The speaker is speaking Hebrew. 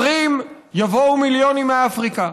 אומרים: יבואו מיליונים מאפריקה.